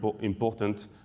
important